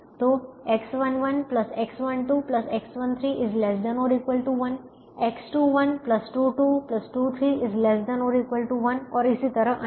तो X11X12X13 ≤ 1 X212223 ≤ 1 और इसी तरह अन्य